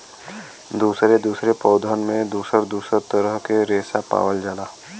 दुसरे दुसरे पौधन में दुसर दुसर तरह के रेसा पावल जाला